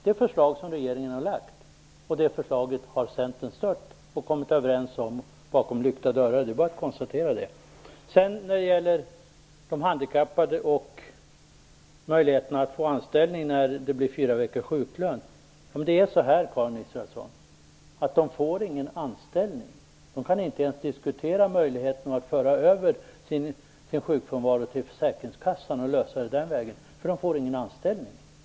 Det förslag som regeringen har lagt har Centern stött och kommit överens med regeringen om inom lyckta dörrar. Det är bara att konstatera det. När det gäller de handikappade och deras möjligheter att få anställning om fyra veckors sjuklön införs är det så, Karin Israelsson, att de inte får någon anställning. De kan inte ens diskutera möjligheten att föra över sin sjukfrånvaro till försäkringskassan, och lösa det den vägen, därför att de inte får någon anställning.